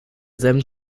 them